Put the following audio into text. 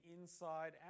inside